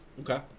Okay